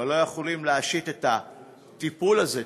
אבל לא יכולים להשית את הטיפול הזה,